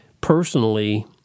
personally